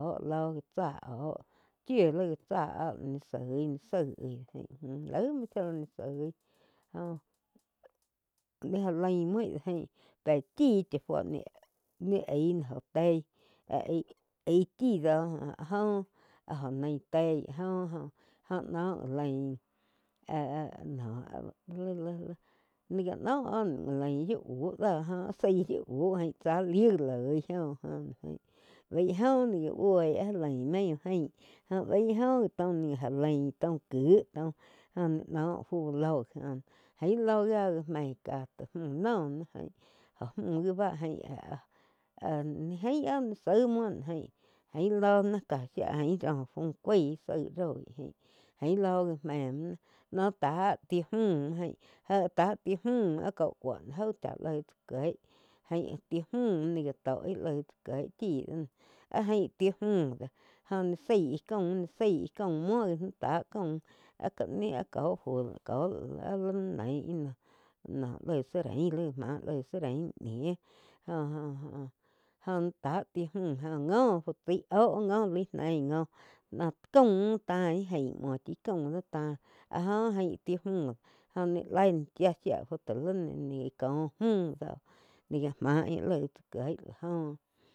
Ah jó áh cheí áh jo múh noh ñiu jain la noh nai mui nai fu náh joh aig gi náh áh íh fu ló báh náh gi náh có chá gi cheí áh náh áh ni zein áh ni lau aing ih tsá gá nh fú áh sein gi tain jó ain ni ñi dios shía la áh já lei nah fuh cuaíh shía lá áh ni- áh ni buig tsá shía láh áh nih aig gi tsáh áh nai tsi bá ni zein gi kíe já leig ts óh ain ni aig gi jé lau la no ni ngo maí dio chaí já la fé fu nih néh muo tsáh ká ti ñih dóh bain ti chía fú ni noh tsá shía li róh búo cha tsá ni muo shiu tsá ñiu. Ñiu yiá jo có áh záh ñiu ya jo oh áh fé fu góh jjoh noh ain tsá ih naum áh-áh-áh naum jau noh ain tasi íh nau lau la bá íh ain ih naum ain la chai tsaí ain shía la ni gá joh náh záh fu go shía lá ni gá ná záh lau aig ni gá mui ni gá fui náh áh jaum íh tsá muo úh chí do joh náh jain baíg óh saí náh tsá chí ain jaú chá laig tsá kie muo náh já leí cha yoi tsaj kieg tain ñi muo muo ni ngi ñi muo. Úh kuh lá loh muo ni gá laig laá lóh muo ni la cain náh lá loh muo ni ja fui náh lá lo sein fu ló sein tsá kieh chí náh fu jé áh záh áh ain muo úh chi do báh chá íh ñi joh.